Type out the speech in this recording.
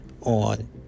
on